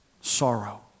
sorrow